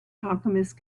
alchemist